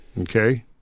okay